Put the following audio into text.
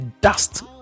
dust